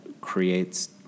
creates